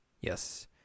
Yes